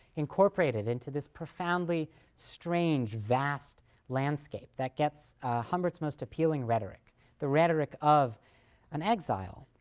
incorporated into this profoundly strange, vast landscape that gets humbert's most appealing rhetoric the rhetoric of an exile.